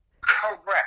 Correct